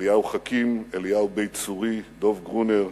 אליה חכים, אליהו בית-צורי, דב גרונר,